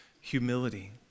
humility